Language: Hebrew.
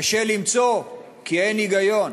קשה למצוא, כי אין היגיון.